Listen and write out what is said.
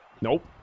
Nope